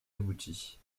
aboutie